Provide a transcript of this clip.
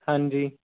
ਹਾਂਜੀ